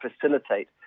facilitate